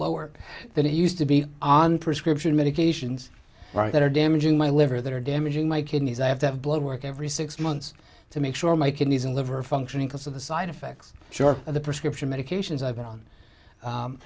lower than it used to be on prescription medications that are damaging my liver that are damaging my kidneys i have to have blood work every six months to make sure my kidneys and liver functioning because of the side effects short of the prescription medications i've been on